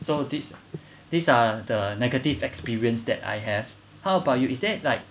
so this this are the negative experience that I have how about you is there like